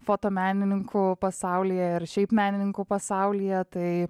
fotomenininkų pasaulyje ar šiaip menininkų pasaulyje tai